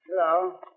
Hello